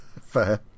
Fair